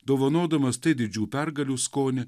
dovanodamas tai didžių pergalių skonį